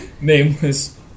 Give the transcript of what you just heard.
nameless